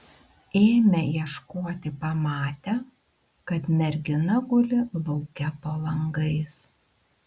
ėmę ieškoti pamatę kad mergina guli lauke po langais